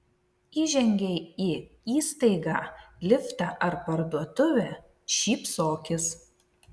įžengei į įstaigą liftą ar parduotuvę šypsokis